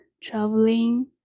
traveling